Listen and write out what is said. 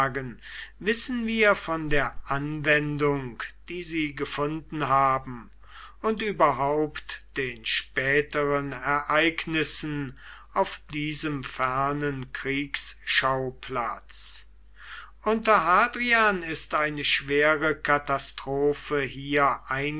wissen wir von der anwendung die sie gefunden haben und überhaupt den späteren ereignissen auf diesem fernen kriegsschauplatz unter hadrian ist eine schwere katastrophe hier